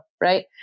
right